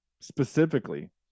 specifically